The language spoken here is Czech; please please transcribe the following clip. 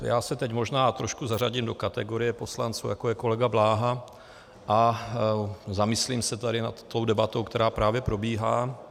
Já se teď možná trošku zařadím do kategorie poslanců, jako je kolega Bláha, a zamyslím se tady nad tou debatou, která právě probíhá.